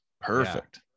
Perfect